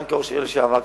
גם כראש עיר לשעבר,